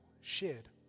shared